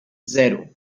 zero